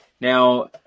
Now